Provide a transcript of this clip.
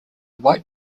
white